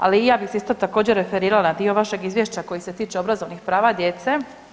Ali ja bih se isto također referirala na dio vašeg izvješća koji se tiče obrazovnih prava djece.